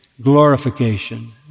glorification